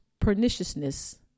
perniciousness